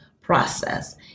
process